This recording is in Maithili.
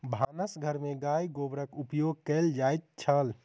भानस घर में गाय गोबरक उपयोग कएल जाइत छल